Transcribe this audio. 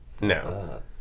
No